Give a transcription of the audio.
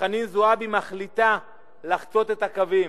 שחנין זועבי מחליטה לחצות את הקווים.